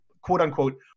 quote-unquote